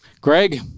Greg